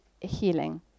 healing